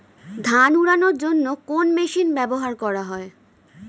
ধান উড়ানোর জন্য কোন মেশিন ব্যবহার করা হয়?